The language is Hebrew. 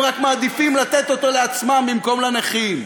הם רק מעדיפים לתת אותו לעצמם במקום לנכים.